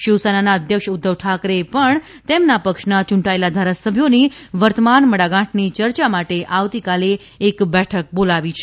શિવસેનાના અધ્યક્ષ ઉધ્ધવ ઠાકરેએ પણ તેમના પક્ષના યૂંટાયેલા ધારાસભ્યોની વર્તમાન મડાગાંઠની ચર્ચા માટે આવતીકાલે એક બેઠક બોલાવી છે